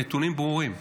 הנתונים ברורים,